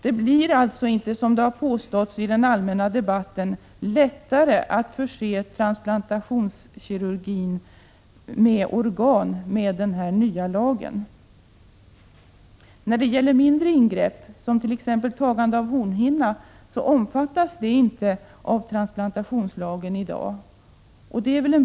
Det blir alltså inte, som det påståtts i den allmänna debatten, lättare att förse transplantationskirurgin med organ med den nya lagen. Mindre ingrepp, t.ex. tagande av hornhinna, omfattas inte av transplantationslagen i dag. Det är en brist.